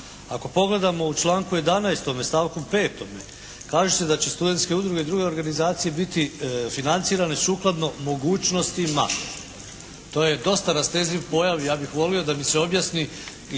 Ako pogledamo u članku 11. stavku 5. kaže se da će studentske udruge i druge organizacije biti financirane sukladno mogućnostima. To je dosta rastezljiv pojam i ja bih volio da mi se objasni